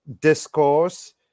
discourse